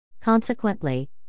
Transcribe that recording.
Consequently